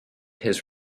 his